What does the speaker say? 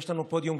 יש לנו פודיום,